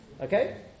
Okay